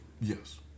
Yes